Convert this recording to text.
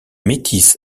métis